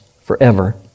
forever